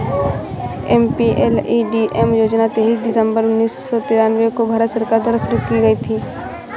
MPLADS योजना तेईस दिसंबर उन्नीस सौ तिरानवे को भारत सरकार द्वारा शुरू की गयी थी